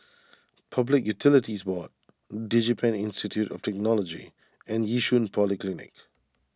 Public Utilities Board DigiPen Institute of Technology and Yishun Polyclinic